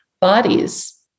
bodies